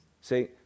see